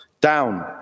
down